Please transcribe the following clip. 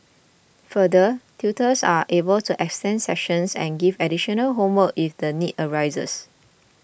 further tutors are able to extend sessions and give additional homework if the need arises